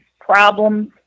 problems